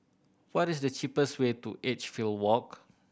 what is the cheapest way to Edgefield Walk